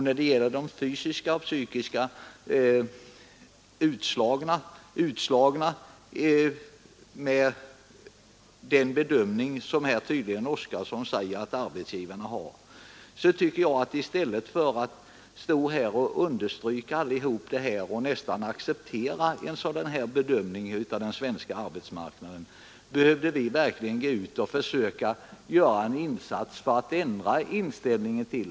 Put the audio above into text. När det gäller de fysiskt och psykiskt utslagna anser jag att vi i stället för att, som herr Oskarson tycktes göra, nära nog acceptera den bedömning som arbetsgivarna gör, borde göra en insats för att ändra den inställningen.